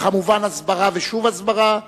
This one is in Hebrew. וכמובן הסברה ושוב הסברה,